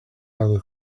other